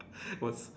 what's